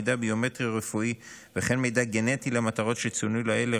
מידע ביומטרי או רפואי וכן מידע גנטי למטרות שצוינו לעיל,